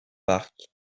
parc